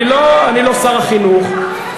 אני לא שר החינוך,